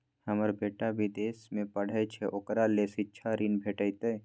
हमर बेटा विदेश में पढै छै ओकरा ले शिक्षा ऋण भेटतै?